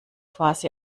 quasi